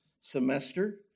semester